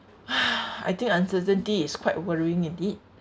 I think uncertainty is quite worrying indeed